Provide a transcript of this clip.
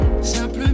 Simple